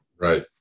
Right